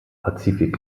pazifik